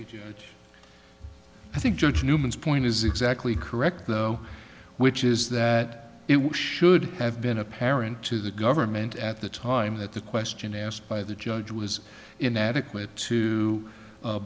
minutes i think judge newman's point is exactly correct though which is that it was should have been apparent to the government at the time that the question asked by the judge was inadequate to